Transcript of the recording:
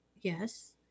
yes